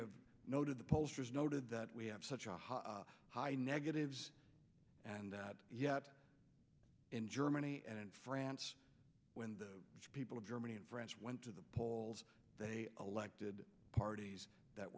have noted the pollsters noted that we have such a high high negatives and yet in germany and in france when the people of germany and france went to the polls they elected parties that